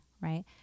Right